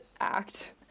act